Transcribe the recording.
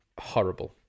horrible